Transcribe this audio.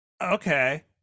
Okay